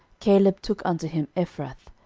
caleb took unto him ephrath,